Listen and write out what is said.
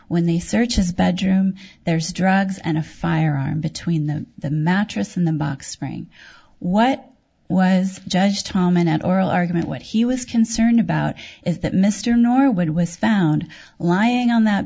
when they search his bedroom there's drugs and a firearm between the mattress and the box spring what was judged tom in an oral argument what he was concerned about is that mr norwood was found lying on th